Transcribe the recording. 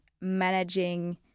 managing